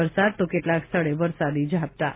વરસાદ તો કેટલાંક સ્થળે વરસાદી ઝાપટાં તા